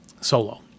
solo